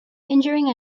injuring